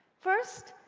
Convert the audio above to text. first,